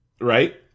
Right